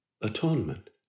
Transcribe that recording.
atonement